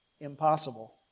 impossible